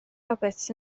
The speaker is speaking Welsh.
roberts